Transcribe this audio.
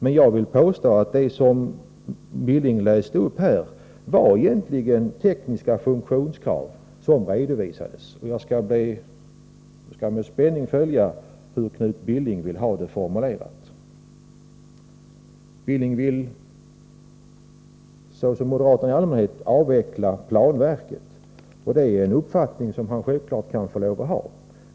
Men jag vill påstå att det som Knut Billing här läste upp egentligen gällde tekniska funktionskrav. Med spänning emotser jag Knut Billings formulering. Han, liksom moderaterna i allmänhet, vill avveckla planverket. Självfallet måste han få ha den uppfattningen.